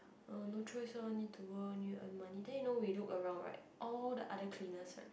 uh no choice lah need to work need earn money then you know we look around like all the other cleaners right